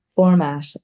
Format